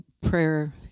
prayer